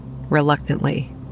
reluctantly